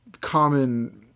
common